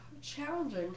challenging